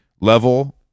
level